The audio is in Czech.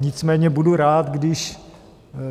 Nicméně budu rád, když